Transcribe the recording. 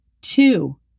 two